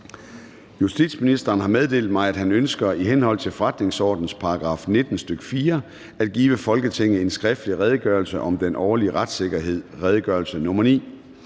Hummelgaard) har meddelt mig, at han ønsker i henhold til forretningsordenens § 19, stk. 4, at give Folketinget en skriftlig Redegørelse om den årlige retssikkerhed. (Redegørelse nr. R